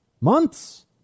months